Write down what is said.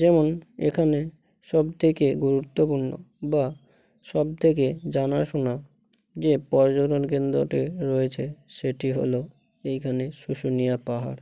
যেমন এখানে সবথেকে গুরুত্বপূর্ণ বা সবথেকে জানাশুনা যে পর্যটন কেন্দ্রটি রয়েছে সেটি হলো এইখানে শুশুনিয়া পাহাড়